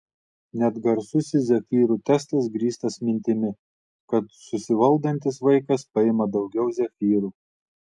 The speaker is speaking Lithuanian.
net garsusis zefyrų testas grįstas mintimi kad susivaldantis vaikas paima daugiau zefyrų